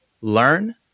learn